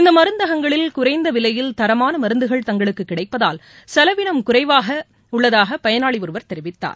இந்த மருந்தகங்களில் குறைந்த விலையில் தரமான மருந்துகள் தங்களுக்கு கிடைப்பதால் செலவினம் குறைவதாக பயனாளி ஒருவர் தெரிவித்தார்